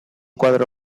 koadro